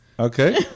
Okay